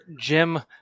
Jim